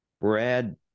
Brad